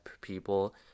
people